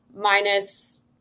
minus